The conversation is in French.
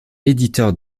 éditeur